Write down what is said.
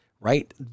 right